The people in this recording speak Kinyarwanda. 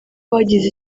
bagize